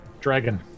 dragon